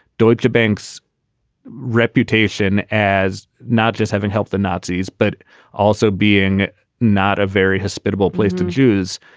deutsche bank's reputation as not just haven't helped the nazis, but also being not a very hospitable place to jews,